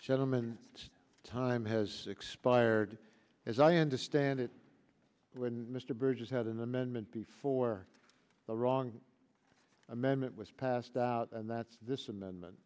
gentlemen time has expired as i understand it mr burgess had an amendment before the wrong amendment was passed out and that's this amendment